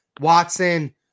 Watson